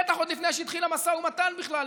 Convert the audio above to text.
בטח עוד לפני שהתחיל המשא ומתן בכלל,